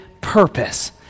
purpose